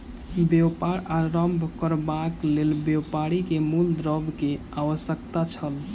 व्यापार आरम्भ करबाक लेल व्यापारी के मूल द्रव्य के आवश्यकता छल